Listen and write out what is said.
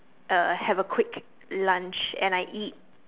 uh have a quick lunch and I eat